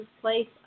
place